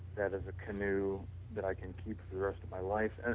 that is a canoe that i can keep the rest of my life. and